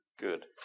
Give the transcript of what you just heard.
good